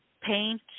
paint